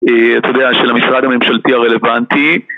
אתה יודע שלמשרד הממשלתי הרלוונטי